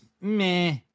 meh